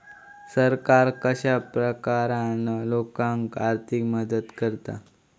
सरकार कश्या प्रकारान लोकांक आर्थिक मदत करता?